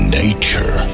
nature